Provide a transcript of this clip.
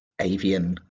avian